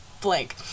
blank